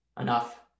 Enough